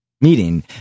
meeting